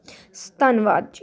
ਧੰਨਵਾਦ ਜੀ